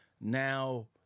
now